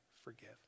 forgive